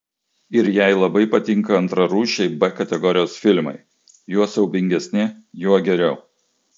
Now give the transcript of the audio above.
ir jai labai patinka antrarūšiai b kategorijos filmai juo siaubingesni juo geriau